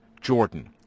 Jordan